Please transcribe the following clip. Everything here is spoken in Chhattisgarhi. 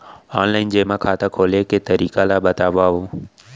ऑनलाइन जेमा खाता खोले के तरीका ल बतावव?